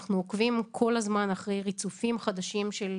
אנחנו עוקבים כל הזמן אחר ריצופים חדשים של